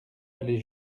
aller